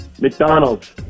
McDonald's